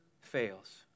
fails